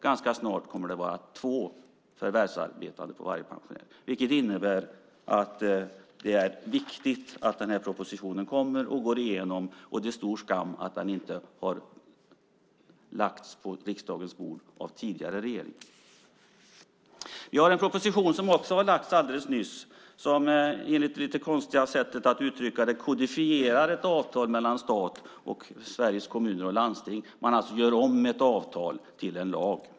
Ganska snart kommer det att vara två förvärvsarbetande på varje pensionär. Det innebär att det är viktigt att propositionen läggs fram och går igenom riksdagen. Det är stor skam att propositionen inte har lagts på riksdagens bord av tidigare regeringar. Nyligen har en proposition lagts fram, som enligt det lite konstiga sättet att uttrycka det kodifierar ett avtal mellan stat och Sveriges Kommuner och Landsting. Man gör alltså om ett avtal till en lag.